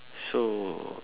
so